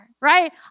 right